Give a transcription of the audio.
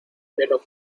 pero